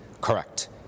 correct